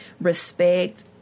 respect